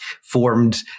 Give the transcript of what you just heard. formed